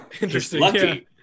Interesting